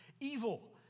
evil